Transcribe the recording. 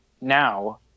now